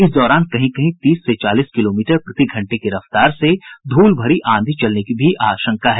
इस दौरान कहीं कहीं तीस से चालीस किलोमीटर प्रतिघंटे की रफ्तार से धूल भरी आंधी चलने की भी आशंका है